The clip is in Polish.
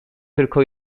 tylko